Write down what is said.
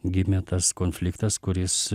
gimė tas konfliktas kuris